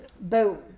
boom